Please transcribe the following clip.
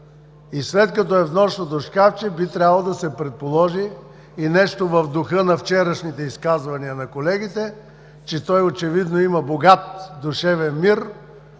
И след като е в нощното шкафче, би трябвало да се предположи – нещо в духа на вчерашните изказвания на колегите – че той очевидно има богат душевен мир,